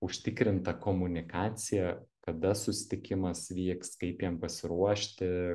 užtikrinta komunikacija kada susitikimas vyks kaip jam pasiruošti